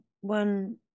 one